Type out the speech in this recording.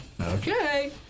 Okay